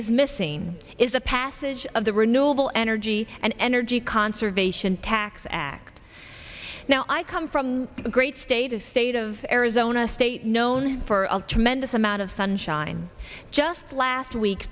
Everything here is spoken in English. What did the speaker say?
is missing is a path ass's of the renewable energy and energy conservation tax act now i come from a great state a state of arizona state known for a tremendous amount of sunshine just last week